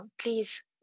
please